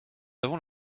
avons